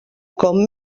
com